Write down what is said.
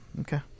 okay